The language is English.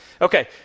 Okay